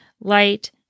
light